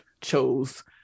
chose